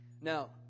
Now